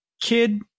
kid